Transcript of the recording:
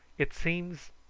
it seems,